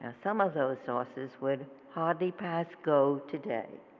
ah some of those sources would hardly pass go today.